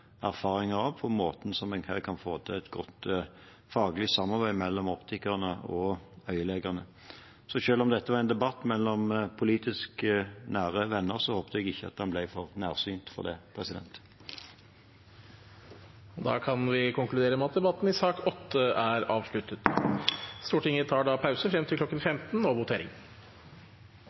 erfaringer fra på måter som en kan få til et godt faglig samarbeid mellom optikerne og øyelegene på. Selv om dette var en debatt mellom politisk nære venner, håper jeg ikke den ble for nærsynt. Stortinget tar pause fram til votering kl. 15. Stortinget er da klar til å gå til votering. Under debatten har Torstein Tvedt Solberg satt frem et forslag på vegne av Arbeiderpartiet, Senterpartiet og